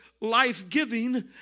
life-giving